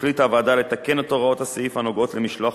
החליטה הוועדה לתקן את הוראות הסעיף הנוגעות למשלוח